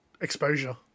exposure